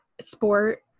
sport